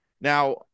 Now